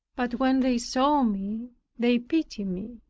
but when they saw me they pitied me.